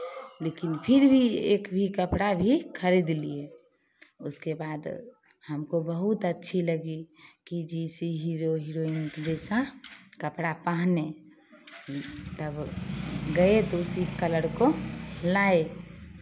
लेकिन फिर भी एक भी कपड़ा भी खरीद लिये उसके बाद हमको बहुत अच्छी लगी कि जैसी हीरो हीरोइन के जैसा कपड़ा पहने तब गए तो उसी कलर को लाए